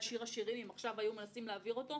שיר השירים אם היו מנסים להעביר אותו?